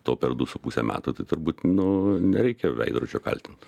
to per du su puse metų tai turbūt nu nereikia veidrodžio kaltint